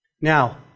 Now